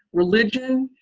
religion,